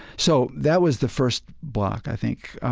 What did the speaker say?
so that was the first block, i think.